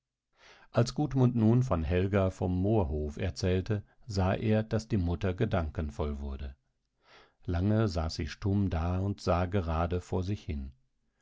als gudmund nun von helga vom moorhof erzählte sah er daß die mutter gedankenvoll wurde lange saß sie stumm da und sah gerade vor sich hin